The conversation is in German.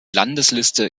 landesliste